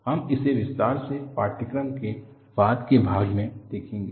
हम इसे विस्तार से पाठ्यक्रम के बाद के भाग में देखेंगे